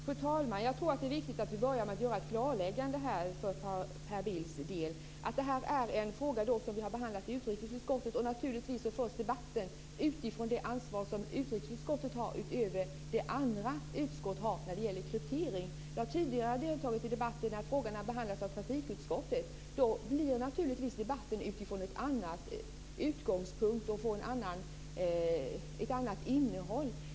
Fru talman! Jag tror att det är viktigt att vi börjar med att göra ett klarläggande för Per Bills räkning. Det här är en fråga som vi har behandlat i utrikesutskottet. Naturligtvis förs debatten då utifrån det ansvar som utrikesutskottet har utöver det som andra utskott har när det gäller kryptering. Jag har tidigare deltagit i debatter när frågan har behandlats av trafikutskottet. Då förs debatten naturligtvis från en annan utgångspunkt, och den får ett annat innehåll.